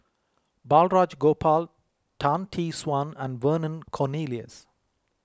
Balraj Gopal Tan Tee Suan and Vernon Cornelius